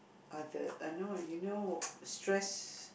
other I know you know stress